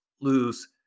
lose